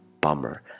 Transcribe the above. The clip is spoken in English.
bummer